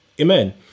Amen